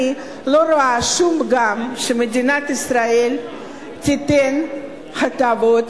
אני לא רואה שום פגם בכך שמדינת ישראל תיתן הטבות